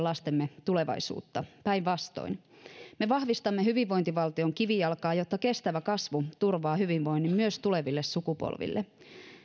lastemme tulevaisuutta päinvastoin me vahvistamme hyvinvointivaltion kivijalkaa jotta kestävä kasvu turvaa hyvinvoinnin myös tuleville sukupolville